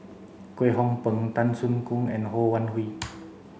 Kwek Hong Png Tan Soo Khoon and Ho Wan Hui